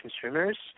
consumers